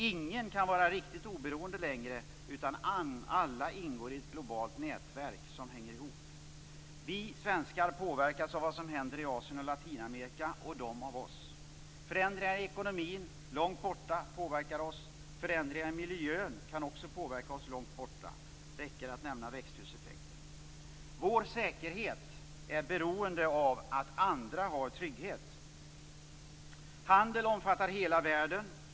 Ingen kan vara riktigt oberoende längre, utan alla ingår i ett globalt nätverk som hänger ihop. Vi svenskar påverkas av vad som händer i Asien och Latinamerika och de av oss. Förändringar i ekonomin långt borta påverkar oss. Förändringar i miljön långt borta kan också påverka oss. Det räcker att nämna växthuseffekten. Vår säkerhet är beroende av att andra har trygghet. Handeln omfattar hela världen.